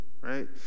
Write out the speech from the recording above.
right